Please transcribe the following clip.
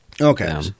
Okay